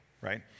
right